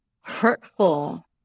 hurtful